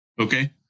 Okay